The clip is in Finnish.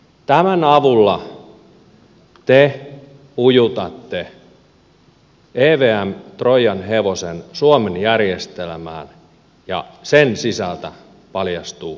tämän avulla te ujutatte evmn troijan hevosen suomen järjestelmään ja sen sisältä paljastuu liittovaltio